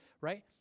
right